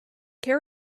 care